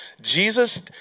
Jesus